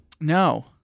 No